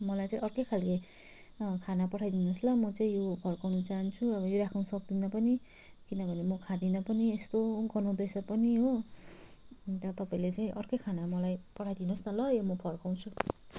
मलाई चाहिँ अर्कै खालको खाना पठाइदिनुहोस् ल म चाहिँ यो फर्काउन चाहन्छु अब यो राख्नु सक्दिनँ पनि किनभने म खाँदिनँ पनि यस्तो गनाउँदैछ पनि हो अन्त तपाईँले चाहिँ अर्कै खाना मलाई पठाइदिनुहोस् न ल यो म फर्काउँछु